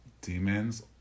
demons